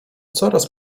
coraz